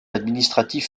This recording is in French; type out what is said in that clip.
administratif